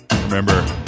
Remember